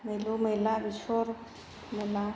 मैलु मैला बेसर मुला